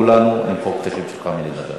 לנו למחוק את השם שלך מרשימת הדוברים.